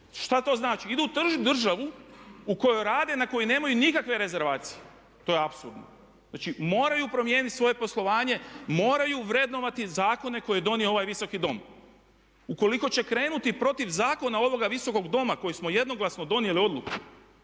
Šta to znači? Idu tužiti državu u kojoj rade i na koju nemaju nikakve rezervacije. To je apsurdno. Znači moraju promijeniti svoje poslovanje, moraju vrednovati zakone koje je donio ovaj Visoki dom. Ukoliko će krenuti protiv zakona ovoga Visokoga doma u kojem smo jednoglasno donijeli odluku